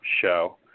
show